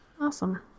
Awesome